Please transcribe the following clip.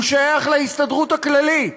הוא שייך להסתדרות הכללית,